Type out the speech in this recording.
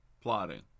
Plotting